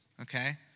Okay